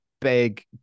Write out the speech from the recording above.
big